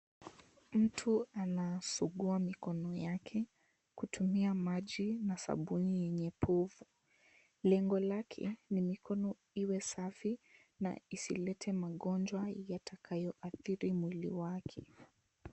Mtu anasugua mikono yake kutumia maji na sabuni yenye povu. Lengo lake ni mikono iwe safi na isilete magonjwa yatakayo athiri mwili wake.